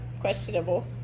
questionable